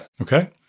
Okay